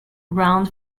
ground